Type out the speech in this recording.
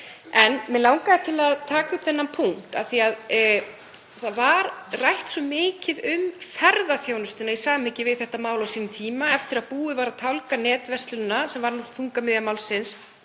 En mig langaði til að taka upp þennan punkt af því að það var rætt svo mikið um ferðaþjónustuna í samhengi við þetta mál á sínum tíma eftir að búið var að tálga netverslunina, sem var þungamiðja málsins,